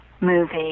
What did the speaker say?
movie